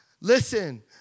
Listen